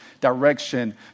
direction